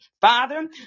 Father